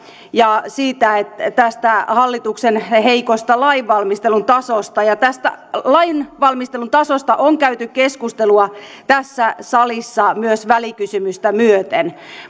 ja tästä hallituksen heikosta lainvalmistelun tasosta tästä lainvalmistelun tasosta on käyty keskustelua tässä salissa myös välikysymystä myöten